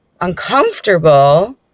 uncomfortable